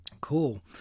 Cool